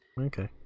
Okay